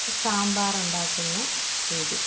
സാമ്പാർ ഉണ്ടാക്കുന്ന രീതി